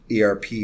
ERP